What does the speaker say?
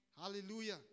Hallelujah